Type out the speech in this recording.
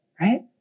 right